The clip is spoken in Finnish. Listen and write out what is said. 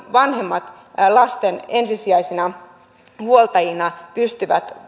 vanhemmat lasten ensisijaisina huoltajina pystyvät